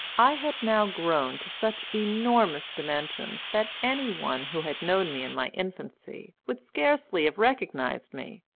i had now grown to such enormous dimensions that any one who had known me in my infancy would scarcely have recognised me,